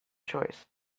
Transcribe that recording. choice